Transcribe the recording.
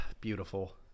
beautiful